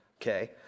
Okay